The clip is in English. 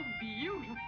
beautiful